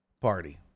party